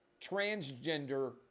transgender